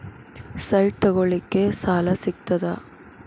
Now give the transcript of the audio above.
Site ತಗೋಳಿಕ್ಕೆ ಸಾಲಾ ಸಿಗ್ತದಾ?